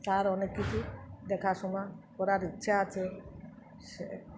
তার অনেক কিছু দেখাশুনা করার ইচ্ছা আছে সে